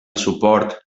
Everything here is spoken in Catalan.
suport